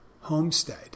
homestead